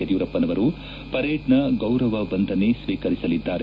ಯಡಿಯೂರಪ್ಪರವರು ಪರೆಡ್ನ ಗೌರವ ವಂದನೆ ಸ್ವೀಕರಿಸಲಿದ್ದಾರೆ